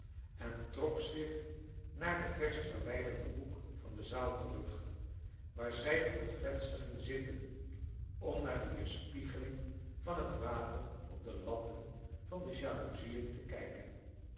en trok zi ch naar den vers t verwijderden hoek van de zaal terug waar zij voor het venster ging zitten om naar de weerspiegeling van het water op de latten van de jalouzie te kijken